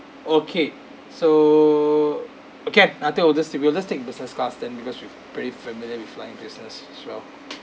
okay so can I think we'll just take we'll just take business class then because we've pretty familiar with flying business as well